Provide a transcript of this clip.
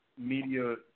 media